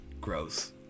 Gross